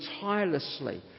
tirelessly